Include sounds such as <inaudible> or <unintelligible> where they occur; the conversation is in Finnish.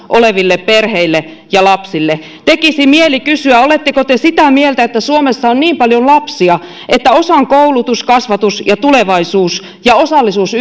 oleville perheille ja lapsille tekisi mieli kysyä oletteko te sitä mieltä että suomessa on niin paljon lapsia että osan koulutus kasvatus ja tulevaisuus ja osallisuus <unintelligible>